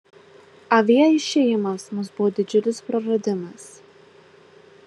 avie išėjimas mums buvo didžiulis praradimas